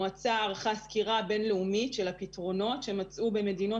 המועצה ערכה סקירה בינלאומית של פתרונות שמצאו במדינות